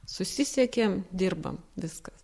susisiekėm dirbam viskas